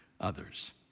others